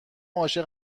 عاشق